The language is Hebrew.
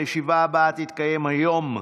הישיבה הבאה תתקיים היום,